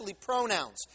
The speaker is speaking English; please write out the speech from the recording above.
pronouns